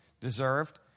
deserved